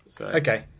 Okay